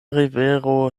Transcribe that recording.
rivero